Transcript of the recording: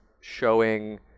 showing